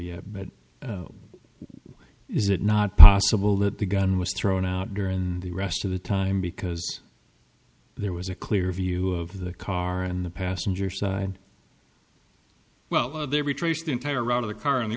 yet but is it not possible that the gun was thrown out during the rest of the time because there was a clear view of the car and the passenger side well they retraced the entire route of the car and the